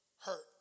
hurt